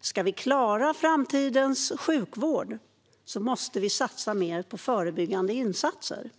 Ska vi klara framtidens sjukvård måste vi satsa mer på förebyggande insatser.